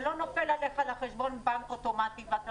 זה לא נופל עליך לחשבון בנק אוטומטית ואתה